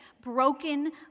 broken